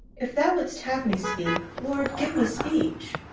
if thou wouldst have me speak, lord, give me speech.